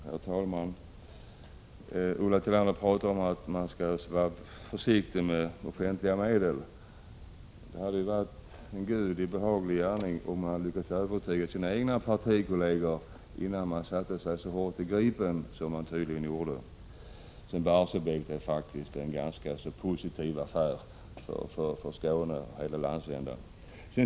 Herr talman! Ulla Tillander talade om att man skall vara försiktig med offentliga medel. Det hade varit en Gudi behaglig gärning om hon hade lyckats övertyga sina egna partikolleger innan de blivit för inblandade när det gäller Gripen. Beträffande Barsebäck är det faktiskt en ganska positiv affär för Skåne och hela landsändan.